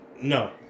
No